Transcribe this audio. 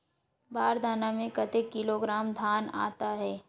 बार दाना में कतेक किलोग्राम धान आता हे?